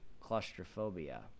claustrophobia